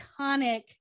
iconic